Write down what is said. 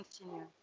continue